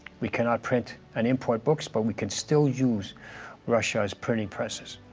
we cannot print and import books, but we can still use russia's printing presses.